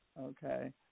Okay